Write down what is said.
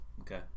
Okay